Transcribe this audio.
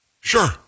Sure